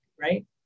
right